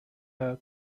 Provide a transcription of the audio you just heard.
her